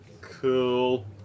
Cool